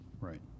Right